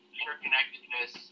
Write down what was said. interconnectedness